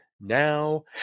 now